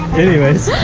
anyways.